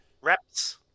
Reps